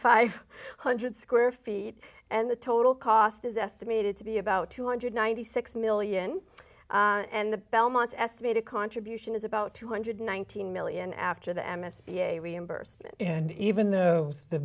five hundred square feet and the total cost is estimated to be about two hundred ninety six million and the belmont's estimated contribution is about two hundred nineteen million after the m s p a reimbursement and even though the